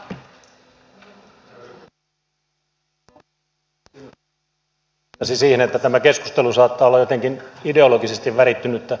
edustaja paloniemi piti kiinnostavan puheenvuoron jossa hän viittasi siihen että tämä keskustelu saattaa olla jotenkin ideologisesti värittynyttä